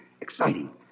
Exciting